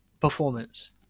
performance